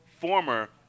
former